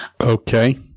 Okay